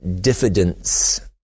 diffidence